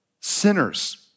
sinners